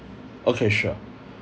okay sure